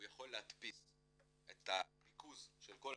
הוא יכול להדפיס את ריכוז כל התכניות,